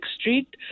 Street